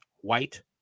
white